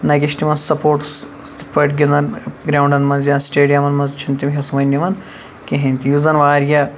نہَ کہِ چھِ تِم سَپوٹس تِتھ پٲٹھۍ گِنٛدان گراوُنڈَن مَنٛز یا سٹیڈیَمَن مَنٛز چھِنہٕ تِم حِصہٕ وۄنۍ نِوان کِہِیٖنۍ تہِ یُس زَن واریاہ